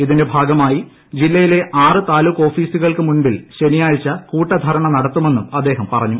ഇതിന്റെ ഭാഗമായി ജില്ലയിലെ ആറ് താലൂക്ക് ഓഫീസുകൾക്കു മുമ്പിൽ ശനിയാഴ്ച കൂട്ടധർണ നടത്തുമെന്നും അദ്ദേഹം പറഞ്ഞു